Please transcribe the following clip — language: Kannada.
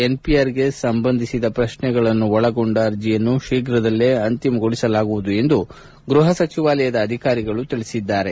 ಎನ್ಪಿಆರ್ಗೆ ಸಂಬಂಧಿಸಿದ ಪ್ರಶ್ನೆಗಳನ್ನು ಒಳಗೊಂಡ ಅರ್ಜಿಯನ್ನು ಶೀಫ್ರದಲ್ಲೇ ಅಂತಿಮಗೊಳಿಸಲಾಗುವುದು ಎಂದು ಗ್ವಹ ಸಚಿವಾಲಯ ಅಧಿಕಾರಿಗಳು ತಿಳಿಸಿದ್ದಾರೆ